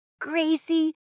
Gracie